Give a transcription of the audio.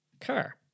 car